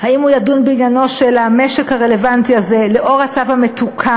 האם הוא ידון בעניינו של המשק הרלוונטי הזה לאור הצו המתוקן,